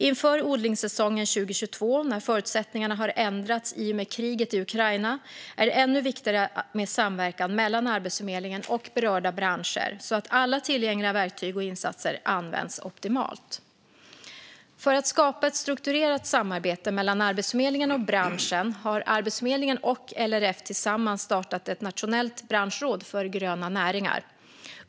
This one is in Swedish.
Inför odlingssäsongen 2022, när förutsättningarna har ändrats i och med kriget i Ukraina, är det ännu viktigare med samverkan mellan Arbetsförmedlingen och berörda branscher så att alla tillgängliga verktyg och insatser används optimalt. För att skapa ett strukturerat samarbete mellan Arbetsförmedlingen och branschen har Arbetsförmedlingen och LRF tillsammans startat ett nationellt branschråd för gröna näringar.